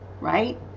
right